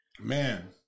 Man